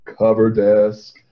CoverDesk